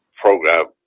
program